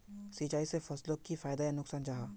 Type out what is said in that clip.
सिंचाई से फसलोक की फायदा या नुकसान जाहा?